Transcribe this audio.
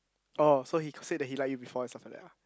oh so he got said that he like you before and stuff like that lah